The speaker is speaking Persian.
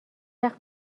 وقت